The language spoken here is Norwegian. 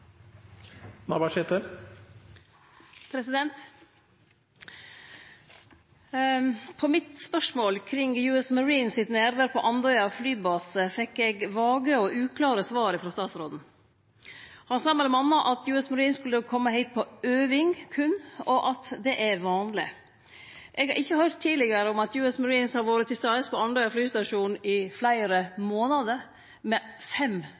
På mitt spørsmål kring U.S. Marines’ nærvær på Andøya flybase fekk eg vage og uklare svar frå statsråden. Han sa m.a. at U.S. Marines skulle kome hit berre på øving, og at det er vanleg. Eg har ikkje høyrt tidlegare at U.S Marines har vore til stades på Andøya flystasjon i fleire månader med fem